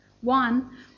one